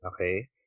okay